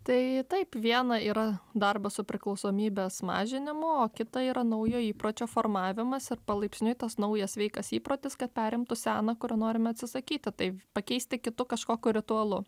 tai taip viena yra darbas su priklausomybės mažinimu o kita yra naujo įpročio formavimas ir palaipsniui tas naujas sveikas įprotis kad perimtų seną kurio norime atsisakyti tai pakeisti kitu kažkokiu ritualu